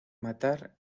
matar